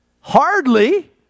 Hardly